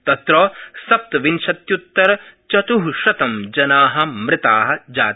तत्र सप्तविंशत्युत्तरचतुश्शतं जना मृता जाता